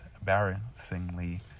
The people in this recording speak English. embarrassingly